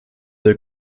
der